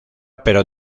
pero